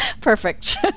Perfect